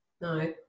No